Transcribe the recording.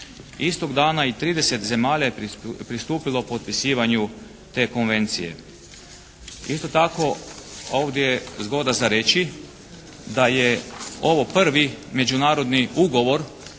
Istog dana je i 30 zemalja pristupilo potpisivanju te konvencije. Isto tako ovdje je zgodno za reći da je ovo prvi međunarodni ugovor